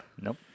Nope